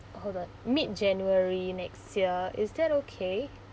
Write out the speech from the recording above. hold on mid january next year is that okay